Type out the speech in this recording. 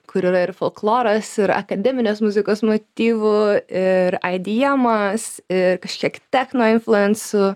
kur yra ir folkloras ir akademinės muzikos motyvų ir aidijemas ir kažkiek techno influencų